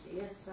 Yes